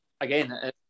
again